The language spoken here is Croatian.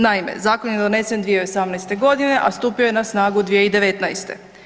Naime, zakon je donesen 2018.g., a stupio je snagu 2019.